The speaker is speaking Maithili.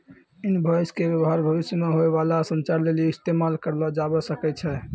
इनवॉइस के व्य्वहार भविष्य मे होय बाला संचार लेली इस्तेमाल करलो जाबै सकै छै